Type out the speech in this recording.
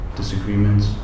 disagreements